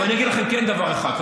אבל אני אגיד לך דבר אחד.